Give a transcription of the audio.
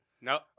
No